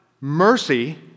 mercy